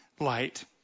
light